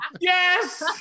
Yes